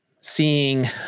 seeing